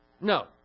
No